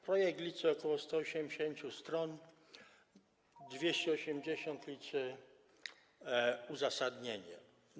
Projekt liczy ok. 180 stron, 280 stron liczy uzasadnienie.